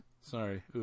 Sorry